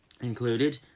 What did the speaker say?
included